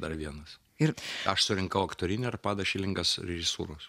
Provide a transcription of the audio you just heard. dar vienas ir aš surinkau aktorinį ir padą šilingas režisūros